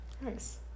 Nice